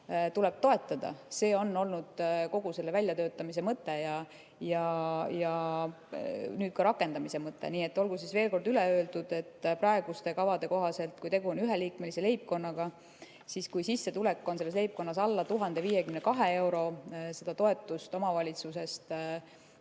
tuleb toetada. See on olnud kogu selle [meetme] väljatöötamise mõte ja nüüd ka rakendamise mõte. Nii et olgu veel kord öeldud, et praeguste kavade kohaselt, kui tegu on üheliikmelise leibkonnaga, siis kui sissetulek on selles leibkonnas alla 1052 euro, seda toetust omavalitsusest